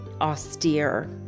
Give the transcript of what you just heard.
austere